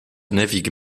navigue